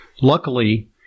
luckily